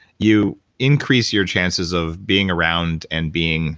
you increase your chances of being around and being